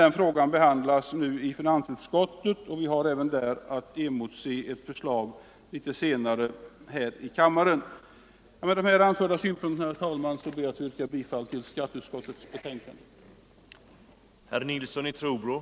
Denna fråga behandlas emellertid nu i finansutskottet, och vi kan emotse ett förslag till kammaren något längre fram. Herr talman! Med de anförda synpunkterna ber jag att få yrka bifall till skatteutskottets hemställan.